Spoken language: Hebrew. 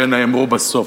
שנאמרה בסוף,